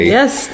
yes